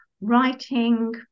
writing